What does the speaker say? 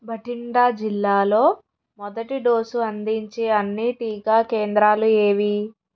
బఠిండా జిల్లాలో మొదటి డోసు అందించే అన్నీ టీకా కేంద్రాలు ఏవి